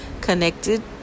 connected